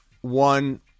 one